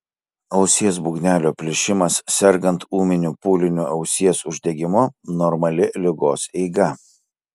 ausies būgnelio plyšimas sergant ūminiu pūliniu ausies uždegimu normali ligos eiga